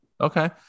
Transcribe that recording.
okay